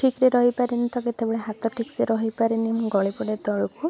ଠିକ୍ରେ ରହିପାରେନି ତ କେତେବେଳେ ହାତ ଠିକ୍ସେ ରହିପାରେନି ମୁଁ ଗଳିପଡେ ତଳକୁ